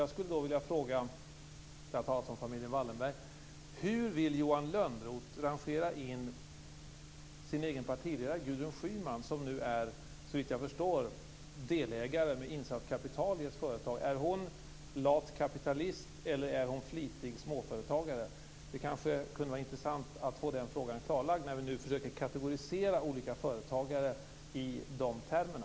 Jag skulle då vilja fråga hur Johan Lönnroth vill rangera in sin egen partiledare, Gudrun Schyman, som såvitt jag förstår nu är delägare med insatt kapital i ett företag. Är hon lat kapitalist, eller är hon flitig småföretagare? Det kanske kunde vara intressant att få den frågan klarlagd när vi nu försöker kategorisera olika företagare i de termerna.